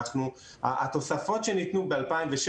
התוספות שניתנו ב-2016